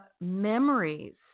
memories